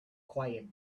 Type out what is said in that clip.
quiet